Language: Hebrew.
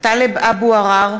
טלב אבו עראר,